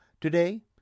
Today